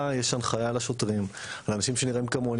יש הנחיה לשוטרים על אנשים שנראים כמוני,